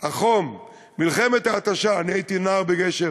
החום, מלחמת ההתשה, אני הייתי נער בגשר